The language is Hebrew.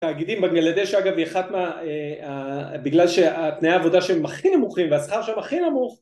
תגידים בגלל זה שאגב יחתמה בגלל שהתנאי העבודה שהם הכי נמוכים והשכר שהם הכי נמוך